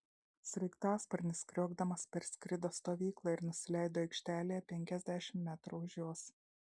sraigtasparnis kriokdamas perskrido stovyklą ir nusileido aikštelėje penkiasdešimt metrų už jos